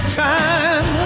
time